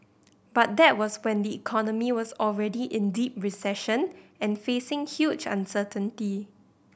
but that was when the economy was already in deep recession and facing huge uncertainty